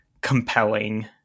compelling